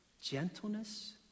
gentleness